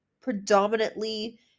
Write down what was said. predominantly